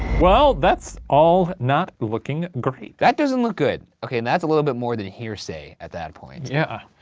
well, that's all not looking great. that doesn't look good, okay? and that's a little bit more than hearsay at that point. yeah.